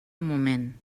moment